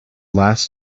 last